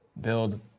build